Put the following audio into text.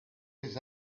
les